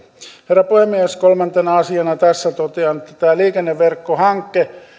herra puhemies kolmantena asiana tässä totean että tämä liikenneverkkohanke